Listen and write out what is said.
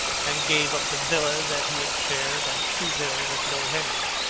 and gave up the villa that he had shared at trouville with lord henry,